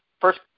first